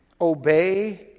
obey